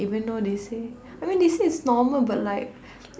even though they say I mean they say it's normal but like